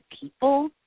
people